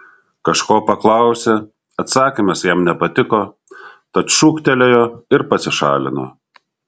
kažko paklausė atsakymas jam nepatiko tad šūktelėjo ir pasišalino